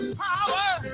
power